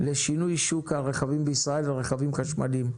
לשינוי שוק הרכבים בישראל לרכבים חשמליים.